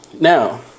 now